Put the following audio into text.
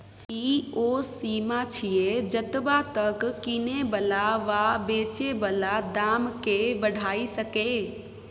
ई ओ सीमा छिये जतबा तक किने बला वा बेचे बला दाम केय बढ़ाई सकेए